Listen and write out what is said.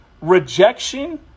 rejection